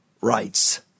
rights